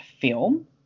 film